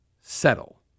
settle